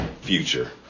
future